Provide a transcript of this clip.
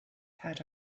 had